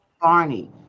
Barney